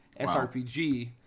srpg